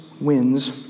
wins